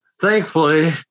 thankfully